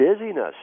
dizziness